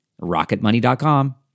Rocketmoney.com